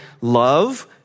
love